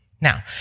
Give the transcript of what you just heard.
Now